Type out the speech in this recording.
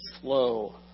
slow